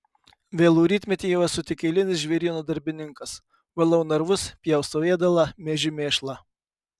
vėlų rytmetį jau esu tik eilinis žvėryno darbininkas valau narvus pjaustau ėdalą mėžiu mėšlą